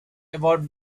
about